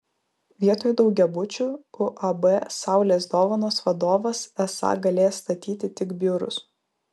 vietoj daugiabučių uab saulės dovanos vadovas esą galės statyti tik biurus